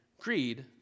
greed